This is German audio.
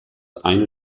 eine